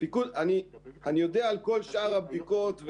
אני יודע על כל שאר הבדיקות,